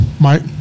Mike